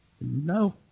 no